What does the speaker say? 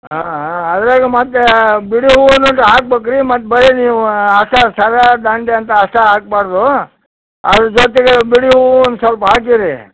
ಹಾಂ ಹಾಂ ಅದ್ರಾಗ ಮತ್ತೆ ಬಿಡಿ ಹೂವನು ಒಂದು ಹಾಕ್ಬೇಕು ರೀ ಮತ್ತೆ ಬರೀ ನೀವು ಅಷ್ಟೇ ಸರ ದಂಡೆ ಅಂತ ಅಷ್ಟೇ ಹಾಕ್ಬಾರ್ದು ಅದ್ರ ಜೊತೆಗೆ ಬಿಡಿ ಹೂವು ಒಂದು ಸ್ವಲ್ಪ ಹಾಕಿರಿ